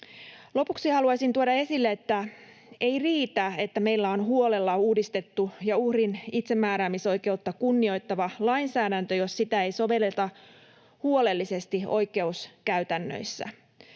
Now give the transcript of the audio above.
Lopuksi haluaisin tuoda esille, että ei riitä, että meillä on huolella uudistettu ja uhrin itsemääräämisoikeutta kunnioittava lainsäädäntö, jos sitä ei sovelleta huolellisesti oikeuskäytännössä.